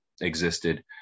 existed